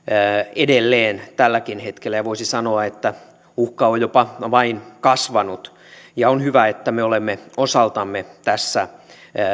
edelleen tälläkin hetkellä ja voisi sanoa että uhka on jopa vain kasvanut ja on hyvä että me olemme osaltamme tässä